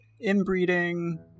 inbreeding